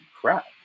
crap